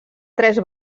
tres